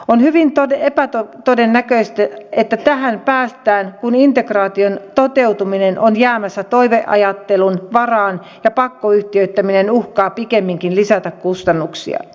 on hyvin epätodennäköistä että tähän päästään kun integraation toteutuminen on jäämässä toiveajattelun varaan ja pakkoyhtiöittäminen uhkaa pikemminkin lisätä kustannuksia